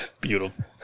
beautiful